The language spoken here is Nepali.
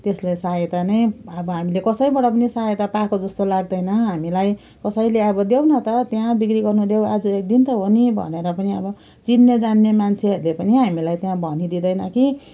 त्यसले सहायता नै अब हामी कसैबाट पनि सहायता पाएको जस्तो लाग्दैन हामीलाई कसैले अब देऊ न त त्यहाँ बिक्री गर्नु देऊ आज एक दिन त हो नि भनेर पनि अब चिन्नेजान्ने मान्छेहरूले पनि हामीलाई त्यहाँ भनिदिँदैन कि